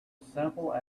simple